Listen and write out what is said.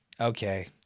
Okay